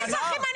מה זה האזרחים?